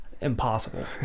impossible